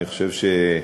אני שמחה.